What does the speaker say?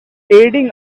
aiding